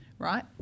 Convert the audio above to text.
right